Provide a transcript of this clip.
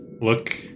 look